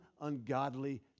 ungodly